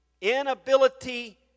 inability